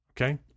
Okay